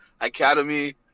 Academy